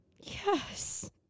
Yes